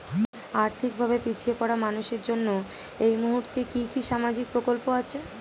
আর্থিক ভাবে পিছিয়ে পড়া মানুষের জন্য এই মুহূর্তে কি কি সামাজিক প্রকল্প আছে?